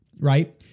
Right